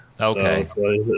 Okay